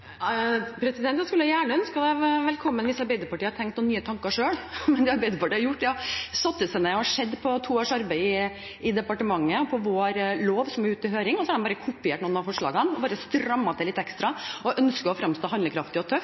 Jeg skulle gjerne ha ønsket det velkommen hvis Arbeiderpartiet hadde tenkt noen nye tanker selv. Men det Arbeiderpartiet har gjort, er å sette seg ned og se på to års arbeid i departementet og på vår lov som er ute til høring, og så har de bare kopiert noen av forslagene og strammet til litt ekstra i et ønske om å framstå som handlekraftige og